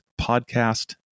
podcast